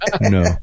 No